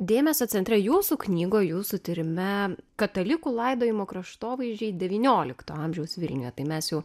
dėmesio centre jūsų knygoj jūsų tyrime katalikų laidojimo kraštovaizdžiai devyniolikto amžiaus vilniuje tai mes jau